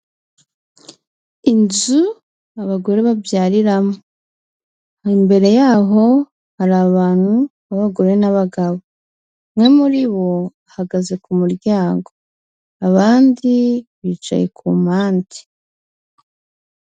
Inzu abagore babyariramo, imbere y'aho hari abantu b'abagore n'abagabo, umwe muri bo ahagaze ku muryango, abandi bicaye ku mpande.